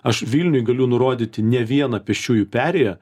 aš vilniuj galiu nurodyti ne vieną pėsčiųjų perėją